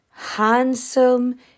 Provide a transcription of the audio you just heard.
handsome